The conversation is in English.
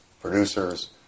producers